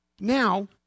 now